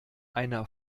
einer